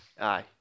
Aye